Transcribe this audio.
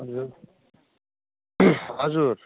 हजुर हजुर